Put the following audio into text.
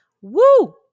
Woo